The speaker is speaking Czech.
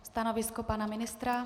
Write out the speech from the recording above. Stanovisko pana ministra?